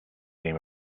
seem